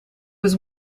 was